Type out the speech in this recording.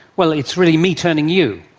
well, it's really me turning you.